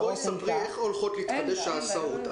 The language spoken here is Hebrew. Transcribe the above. ספרי איך הולכות להתחדש ההסעות.